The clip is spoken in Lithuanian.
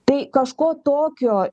tai kažko tokio